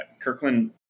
Kirkland